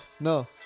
No